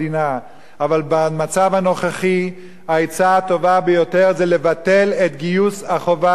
אבל במצב הנוכחי העצה הטובה ביותר זה לבטל את גיוס החובה לצה"ל.